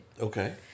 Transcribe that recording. Okay